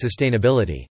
sustainability